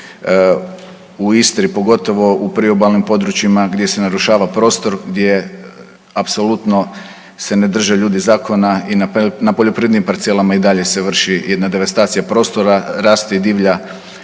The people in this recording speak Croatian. u Istri pogotovo u priobalnim područjima gdje se narušava prostor gdje apsolutno se ne drže ljudi zakona i na poljoprivrednim parcelama i dalje se vrši jedna devastacija prostora, raste i divlja,